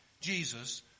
Jesus